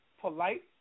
Polite